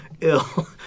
Ill